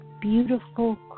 beautiful